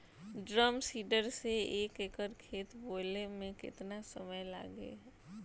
Drum seeder से एक एकड़ खेत बोयले मै कितना समय लागी?